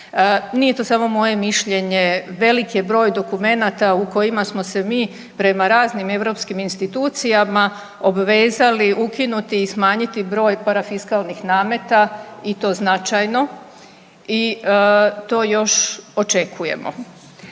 Nije to samo moje mišljenje. Velik je broj dokumenata u kojima smo se mi prema raznim europskim institucijama obvezali ukinuti i smanjiti broj parafiskalnih nameta i to značajno i to još očekujemo.